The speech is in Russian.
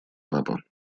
папа